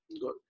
good